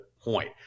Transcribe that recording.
point